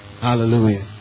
Hallelujah